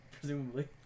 Presumably